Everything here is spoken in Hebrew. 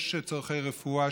יש צורכי רפואה,